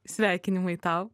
sveikinimai tau